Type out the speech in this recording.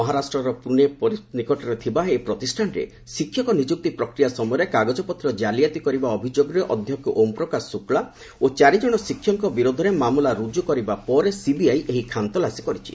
ମହାରାଷ୍ଟ୍ରର ନିକଟରେ ଥିବା ଏହି ପ୍ରତିଷ୍ଠାନରେ ଶିକ୍ଷକ ନିଯୁକ୍ତି ପ୍ରକ୍ରିୟା ସମୟରେ କାଗଜପତ୍ର ଜାଲିଆତି କରିବା ଅଭିଯୋଗରେ ଅଧ୍ୟକ୍ଷ ଓମ୍ ପ୍ରକାଶ ଶୁକ୍ଲା ଓ ଚାରି ଜଣ ଶିକ୍ଷକଙ୍କ ବିରୋଧରେ ମାମଲା ରୁକ୍କୁ କରିବା ପରେ ସିବିଆଇ ଏହି ଖାନତଲାସୀ କରିଛି